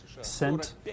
sent